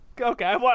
Okay